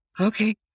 okay